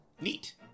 Neat